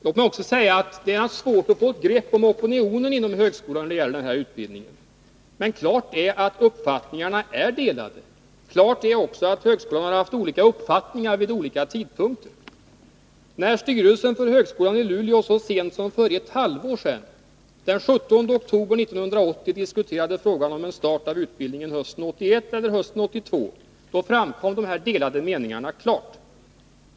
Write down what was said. Det är naturligtvis svårt att få ett grepp om opinionen inom högskolan när det gäller den här utbildningen. Men klart står att uppfattningarna är delade. Klart står också att högskolan har haft olika uppfattningar vid skilda tidpunkter. När styrelsen för högskolan i Luleå så sent som för ett halvår sedan, den 17 oktober 1980, diskuterade frågan om en start av utbildningen hösten 1981 eller hösten 1982, framkom dessa delade meningar tydligt.